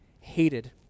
hated